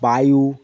বায়ু